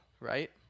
right